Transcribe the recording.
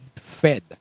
Fed